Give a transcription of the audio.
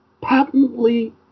patently